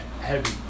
heavy